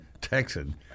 Texan